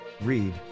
Read